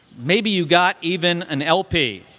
maybe you got even an lp,